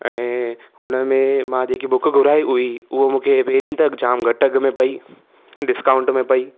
ऐं हुन में मां जेकी बुक घुराई उई उहो मूंखे पहिरीं त जाम घटि अघ में पई डिस्काउंट में पई